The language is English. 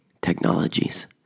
technologies